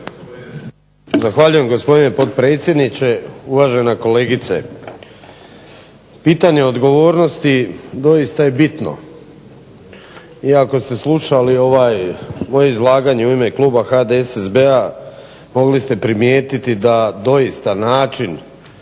Zahvaljujem gospodine potpredsjedniče, uvažena kolegice. Pitanje odgovornosti doista je bitno i ako ste slušali moje izlaganje u ime kluba HDSSB-a mogli ste primijetiti da doista način